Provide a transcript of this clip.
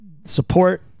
support